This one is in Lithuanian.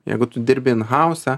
jeigu tu dirbi inhause